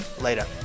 Later